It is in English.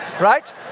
right